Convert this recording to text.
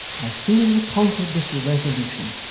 i soon conquered this irresolution,